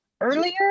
earlier